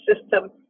system